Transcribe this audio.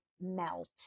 melt